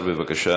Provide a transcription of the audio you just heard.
אתה